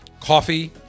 Coffee